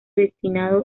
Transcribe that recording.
destinado